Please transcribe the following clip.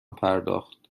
پرداخت